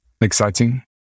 Exciting